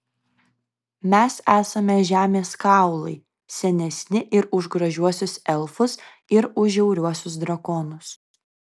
mes esame žemės kaulai senesni ir už gražiuosius elfus ir už žiauriuosius drakonus